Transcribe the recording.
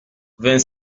vingt